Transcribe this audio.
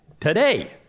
today